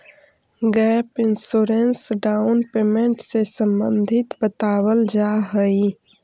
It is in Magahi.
गैप इंश्योरेंस डाउन पेमेंट से संबंधित बतावल जाऽ हई